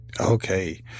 Okay